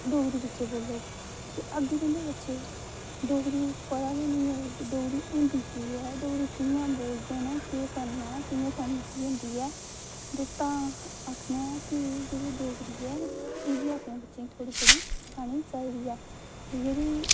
डोगरी बिच बोलग ते अग्गें तुं'दे बच्चे डोगरी पता गै नेईं होग डोगरी होदी केह् ऐ डोगरी कि'यां बोलदे न केह् करना कि'यां समझी जंदी ऐ ते तां आखने आं आं कि जेहड़ी डोगरी ऐ बी अपने बच्चे गी थोह्ड़ी थोह्ड़ी औनी चाहिदी ऐ ते जेहड़ी